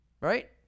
right